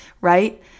right